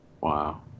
wow